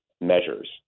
measures